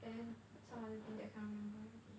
and then some other thing that I can't remember already